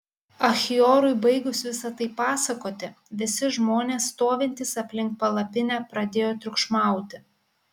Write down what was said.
achiorui baigus visa tai pasakoti visi žmonės stovintys aplink palapinę pradėjo triukšmauti